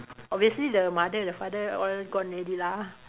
obviously the mother and the father all gone already lah